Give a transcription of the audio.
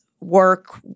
work